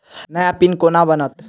नया पिन केना बनत?